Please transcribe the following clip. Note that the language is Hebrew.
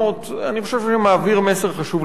אני חושב שזה מעביר מסר חשוב למשטרה: